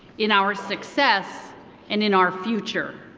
in our success and in our future.